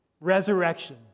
resurrection